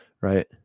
right